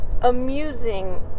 amusing